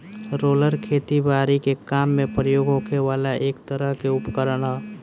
roller खेती बारी के काम में प्रयोग होखे वाला एक तरह के उपकरण ह